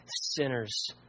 sinners